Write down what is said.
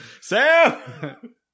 Sam